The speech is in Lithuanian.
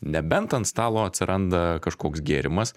nebent ant stalo atsiranda kažkoks gėrimas